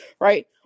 right